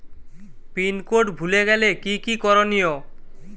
Pin code ভুলে গেলে কি কি করনিয়?